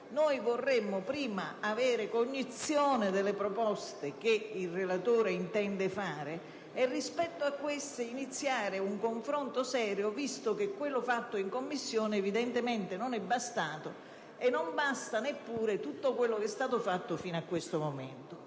Vorremmo prima avere cognizione delle proposte che il relatore intende avanzare, e rispetto a queste iniziare un confronto serio, visto che quello fatto in Commissione evidentemente non è bastato, e non basta neppure tutto quello che è stato fatto fino a questo momento.